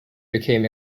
became